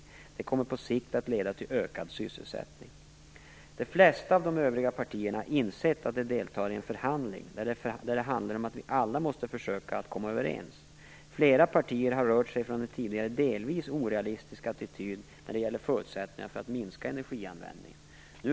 Detta kommer på sikt att leda till en ökad sysselsättning. De flesta av de övriga partierna har insett att de deltar i en förhandling där det handlar om att vi alla måste försöka komma överens. Flera partier har rört sig från en tidigare delvis orealistisk attityd när det gäller förutsättningarna för att minska energianvändningen.